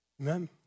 amen